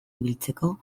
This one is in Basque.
ibiltzeko